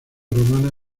romana